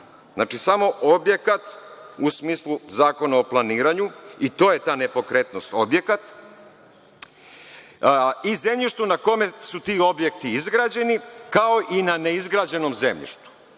znači samo objekat u smislu Zakona o planiranju i to je ta nepokretnost objekat, i zemljištu na kojem su ti objekti izgrađeni kao i na neizgrađenom zemljištu.